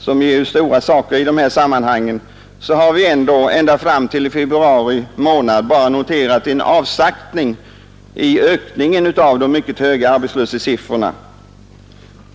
som ju är tunga poster i dessa sammanhang, har vi ända fram till februari månad bara noterat en avsaktning i ökningen av de mycket höga arbetslöshetssiffrorna.